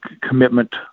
commitment